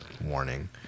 warning